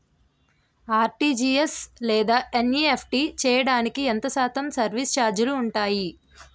RTGS లేదా NEFT చేయడానికి ఎంత శాతం సర్విస్ ఛార్జీలు ఉంటాయి?